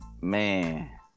Man